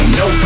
no